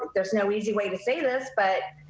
there's no easy way to say this but.